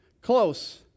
Close